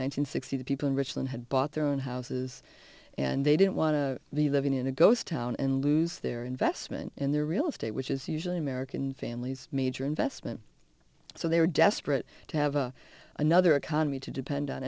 hundred sixty the people in richmond had bought their own houses and they didn't want to be living in a ghost town and lose their investment in their real estate which is usually american families major investment so they were desperate to have a another economy to depend on